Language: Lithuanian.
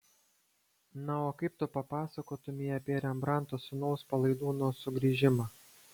na o kaip tu papasakotumei apie rembrandto sūnaus palaidūno sugrįžimą